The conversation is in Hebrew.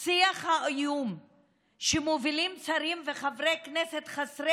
שיח האיום שמובילים שרים וחברי כנסת חסרי